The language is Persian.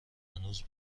هنوزم